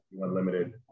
unlimited